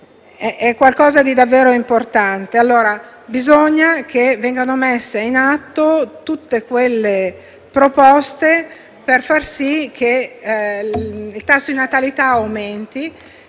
È un dato davvero importante, per cui occorre che vengano messe in atto tutte quelle proposte per far sì che il tasso di natalità aumenti